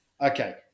Okay